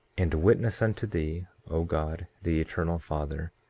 and witness unto thee, o god, the eternal father,